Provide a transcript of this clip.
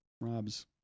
Rob's